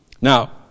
Now